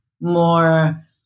more